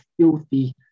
filthy